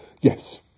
Yes